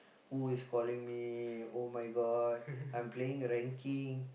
who is calling me oh-my-god I'm playing ranking